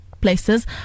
places